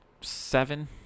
Seven